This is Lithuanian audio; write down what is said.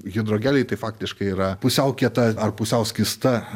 hidrogeliai tai faktiškai yra pusiau kieta ar pusiau skysta